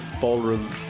Ballroom